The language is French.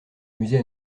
musée